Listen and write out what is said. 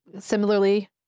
similarly